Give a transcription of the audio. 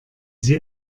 sie